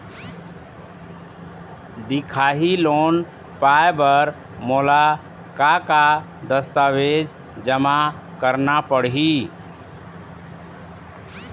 दिखाही लोन पाए बर मोला का का दस्तावेज जमा करना पड़ही?